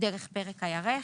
דרך פרק הירך.